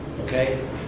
Okay